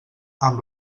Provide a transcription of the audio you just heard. amb